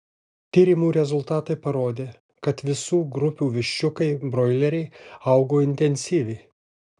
tyrimų rezultatai parodė kad visų grupių viščiukai broileriai augo intensyviai